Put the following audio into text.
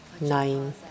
Nine